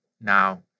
now